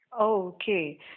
Okay